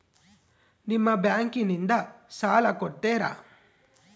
ನಿಮ್ಮ ಬ್ಯಾಂಕಿನಿಂದ ಸಾಲ ಕೊಡ್ತೇರಾ?